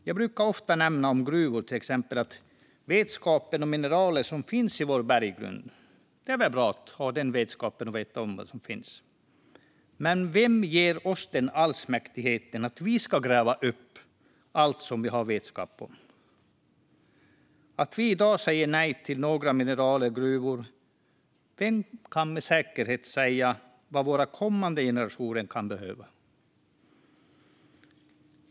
Jag brukar ofta nämna om gruvor att det är väl bra att ha vetskap om vilka mineral som finns i vår berggrund, men vem ger oss den allsmäktigheten att gräva upp allt som vi har vetskap om? Vi säger i dag nej till några mineralgruvor, men vem kan med säkerhet säga vad våra kommande generationer kan behöva?